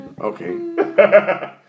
Okay